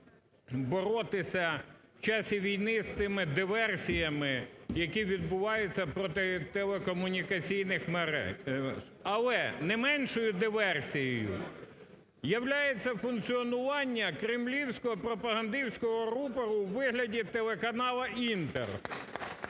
боротися в часі війни з цими диверсіями, які відбуваються проти телекомунікаційних мереж. Але не меншою диверсією являється функціонування кремлівського пропагандистського рупору у вигляді телеканалу "Інтер".